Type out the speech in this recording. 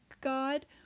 God